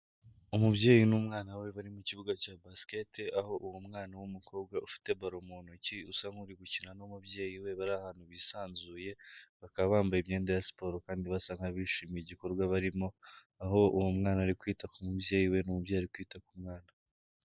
Umubyeyi n'umwana we bari mu kibuga cya basikete, aho uwo mwana w'umukobwa ufite baro mu ntoki usa nk'uri gukina n'umubyeyi we, bari ahantu bisanzuye, bakaba bambaye imyenda ya siporo kandi basa nk'abishimiye igikorwa barimo, aho uwo mwana ari kwita ku mubyeyi we n'umubyeyi kwita ku mwana.